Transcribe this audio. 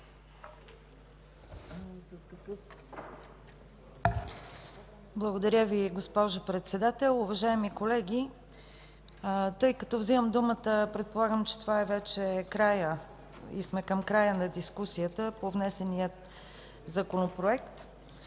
Благодаря Ви, госпожо Председател. Уважаеми колеги, тъй като вземам думата, предполагам че вече сме към края на дискусията по внесения законопроект,